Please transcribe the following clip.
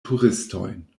turistojn